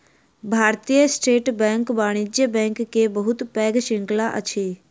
भारतीय state bank वाणिज्य bank के बहुत पैघ श्रृंखला अछि